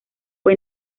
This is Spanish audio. fue